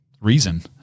reason